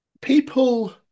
people